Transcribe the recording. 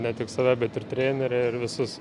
ne tik save bet ir trenerę ir visus